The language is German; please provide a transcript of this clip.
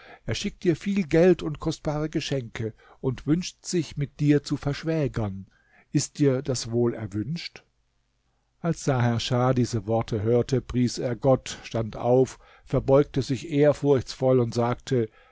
er schickt dir viel geld und kostbare geschenke und wünscht sich mit dir zu verschwägern ist dir das wohl erwünscht als saherschah diese worte hörte pries er gott stand auf verbeugte sich ehrfurchtsvoll und sagte